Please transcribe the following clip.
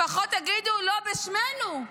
לפחות תגידו: לא בשמנו.